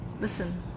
listen